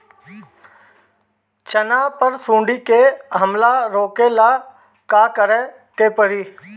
चना पर सुंडी के हमला रोके ला का करे के परी?